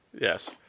Yes